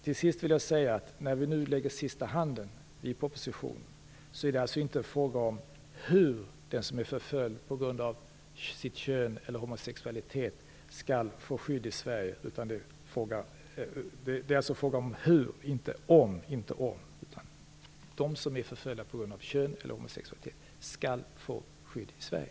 Till sist vill jag säga att när vi nu lägger sista handen vid propositionen är det alltså inte fråga om om de som förföljs på grund av kön eller homosexualitet skall få skydd i Sverige, utan hur de skall kunna få skydd i Sverige.